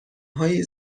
های